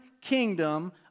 kingdom